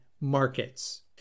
markets